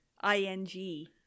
I-N-G